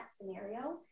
scenario